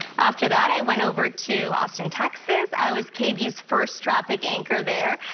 after that i went over to austin, texas, i was kb's first traffic anchor there.